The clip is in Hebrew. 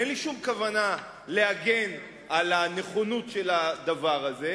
ואין לי שום כוונה להגן על הנכונות של הדבר הזה,